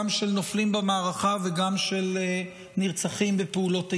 גם של נופלים במערכה וגם של נרצחים בפעולות איבה.